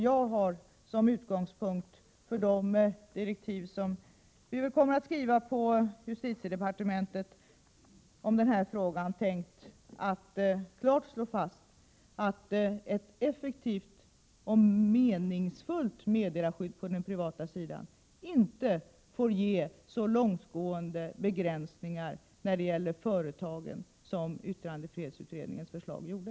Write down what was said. Jag har som utgångspunkt för de direktiv som vi kommer att skriva på justitiedepartementet i denna fråga tänkt att klart slå fast att ett effektivt och meningsfullt meddelarskydd på den privata sidan inte får innefatta så långtgående begränsningar när det gäller företagen som yttrandefrihetsutredningens förslag gjorde.